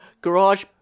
Garage